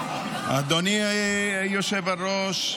אדוני היושב-ראש,